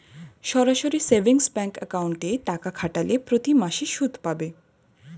সরাসরি savings bank অ্যাকাউন্টে টাকা খাটালে প্রতিমাসে সুদ পাবে